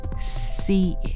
see